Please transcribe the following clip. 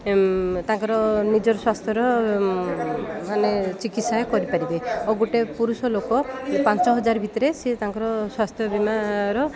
ତାଙ୍କର ନିଜର ସ୍ୱାସ୍ଥ୍ୟର ମାନେ ଚିକିତ୍ସା କରିପାରିବେ ଆଉ ଗୋଟେ ପୁରୁଷ ଲୋକ ପାଞ୍ଚ ହଜାର ଭିତରେ ସଏ ତାଙ୍କର ସ୍ୱାସ୍ଥ୍ୟ ବୀମାର